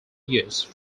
use